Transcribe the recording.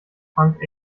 frank